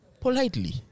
politely